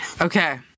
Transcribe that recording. Okay